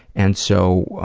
and so,